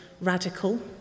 radical